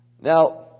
Now